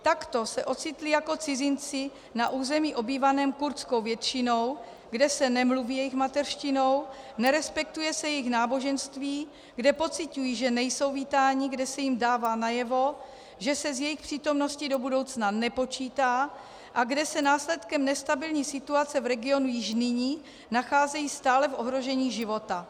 Takto se ocitli jako cizinci na území obývaném kurdskou většinou, kde se nemluví jejich mateřštinou, nerespektuje se jejich náboženství, kde pociťují, že nejsou vítáni, kde se jim dává najevo, že se s jejich přítomností do budoucna nepočítá, a kde se následkem nestabilní situace v regionu již nyní nacházejí stále v ohrožení života.